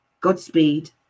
Godspeed